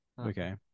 Okay